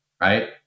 right